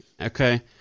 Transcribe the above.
Okay